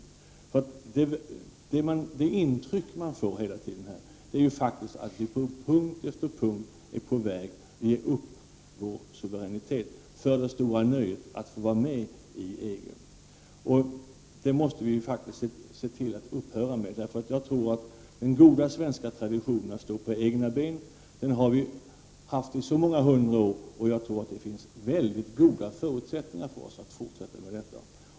Hela tiden får man intrycket här att vi på punkt efter punkt är på väg att ge upp vår suveränitet för det stora nöjet att få vara med i EG. Detta måste vi faktiskt se till att upphöra med. Den goda svenska traditionen att stå på egna ben har vi haft i många hundra år, och det finns enligt min uppfattning goda förutsättningar för oss att fortsätta med denna.